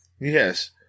Yes